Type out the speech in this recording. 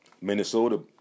minnesota